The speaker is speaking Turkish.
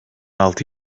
altı